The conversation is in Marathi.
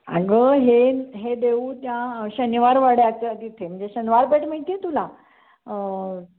अगं हे हे देऊळ त्या शनिवार वाड्याच्या तिथे म्हणजे शनिवार पेठ माहिती आहे तुला